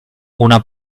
una